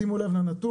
שימו לב לנתון,